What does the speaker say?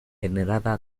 venerada